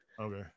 Okay